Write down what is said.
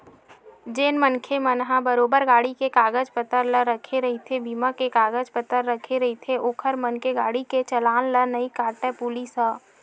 जेन मनखे मन ह बरोबर गाड़ी के कागज पतर ला रखे रहिथे बीमा के कागज पतर रखे रहिथे ओखर मन के गाड़ी के चलान ला नइ काटय पुलिस ह